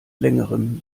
längerem